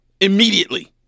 Immediately